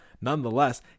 Nonetheless